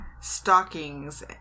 stockings